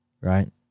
right